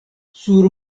sur